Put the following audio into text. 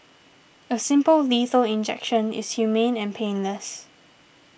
a simple lethal injection is humane and painless